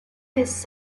his